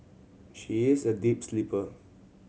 she is a deep sleeper